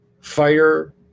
fire